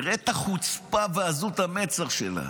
תראה את החוצפה ועזות המצח שלה,